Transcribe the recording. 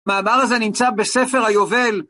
המאמר הזה נמצא בספר היובל